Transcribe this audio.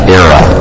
era